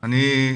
אני,